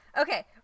Okay